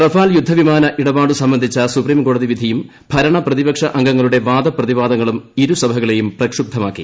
Rafale യുദ്ധവിമാന ഇടപാടു സംബന്ധിച്ചു സുപ്രീംകോടതി വിധിയും ഭരണപ്രതിപക്ഷ അംഗങ്ങളുടെ വാദപ്രതിവാദങ്ങളും സഭകളെയും ഇരു പ്രക്ഷുബ്ധമാക്കി